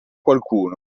qualcuno